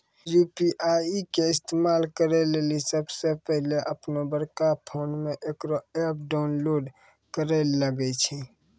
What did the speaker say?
UPI के इस्तेमाल करै लेली सबसे पहिलै अपनोबड़का फोनमे इकरो ऐप डाउनलोड करैल लागै छै